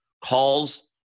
calls